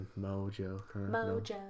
Mojo